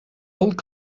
old